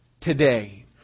today